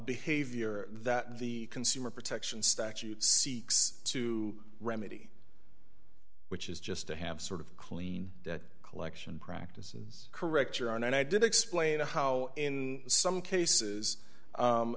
behavior that the consumer protection statute seeks to remedy which is just to have sort of clean collection practices correct your own and i did explain to how in some cases